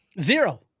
Zero